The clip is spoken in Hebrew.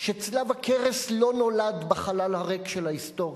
שצלב הקרס לא נולד בחלל הריק של ההיסטוריה.